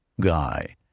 guy